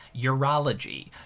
Urology